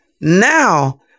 now